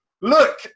look